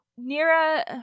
nira